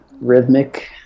Rhythmic